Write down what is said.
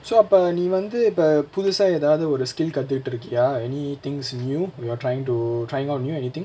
so அப்பே நீ வந்து இப்ப புதுசா எதாவது ஒரு:appae nee vanthu ippa puthusaa ethaavathu oru skill கத்துட்டு இருக்கியா:kaththuttu irukkiyaa any things new you are trying to trying out new anything